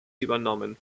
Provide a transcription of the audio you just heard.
übernommen